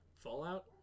Fallout